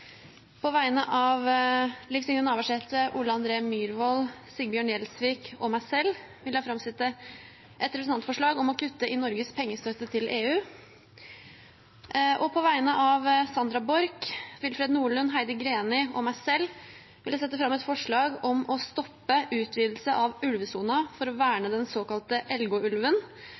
På vegne av representantene Liv Signe Navarsete, Ole André Myhrvold, Sigbjørn Gjelsvik og meg selv vil jeg framsette et representantforslag om å kutte i Norges pengestøtte til EU. På vegne av representantene Sandra Borch, Willfred Nordlund, Heidi Greni og meg selv vil jeg framsette et representantforslag om å stoppe utvidelse av ulvesona for å verne den såkalte